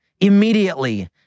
immediately